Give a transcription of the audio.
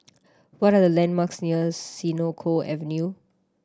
what are the landmarks near Senoko Avenue